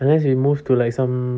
unless you move to like some